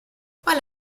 qual